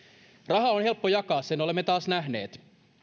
rahaa on helppo jakaa sen olemme taas nähneet